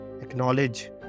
Acknowledge